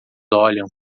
olham